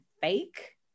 fake